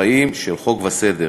חיים של חוק וסדר.